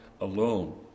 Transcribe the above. alone